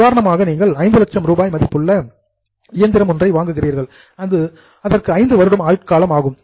உதாரணமாக நீங்கள் 5 லட்சம் ரூபாய் மதிப்புள்ள மிஷினரி இயந்திரம் ஒன்றை வாங்குகிறீர்கள் அதற்கு 5 வருடம் ஆயுட்காலம் ஆகும்